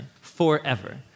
forever